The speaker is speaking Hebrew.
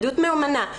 עדות מהימנה,